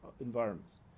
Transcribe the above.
environments